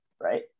right